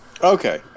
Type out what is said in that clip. Okay